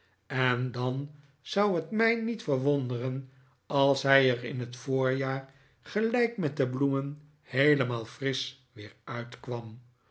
en dan zou het mij niet verwonderen als hij er in het voorjaar gelijk met de bloemen heelemaal frisch weer uitkwam